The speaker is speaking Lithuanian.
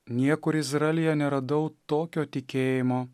niekur izraelyje neradau tokio tikėjimo